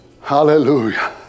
Hallelujah